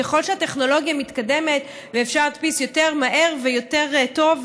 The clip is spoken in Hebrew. ככל שהטכנולוגיה מתקדמת אפשר להדפיס יותר מהר ויותר טוב,